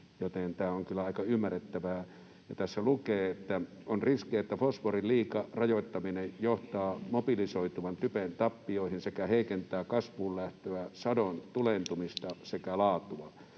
joten tämä on kyllä aika ymmärrettävää. Tässä lukee: ”On riski, että fosforin liika rajoittaminen johtaa mobilisoituvan typen tappioihin sekä heikentää kasvuun lähtöä ja sadon tuleentumista sekä laatua.